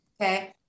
Okay